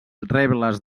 rebles